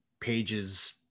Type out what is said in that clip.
Page's